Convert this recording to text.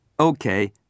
Okay